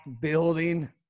building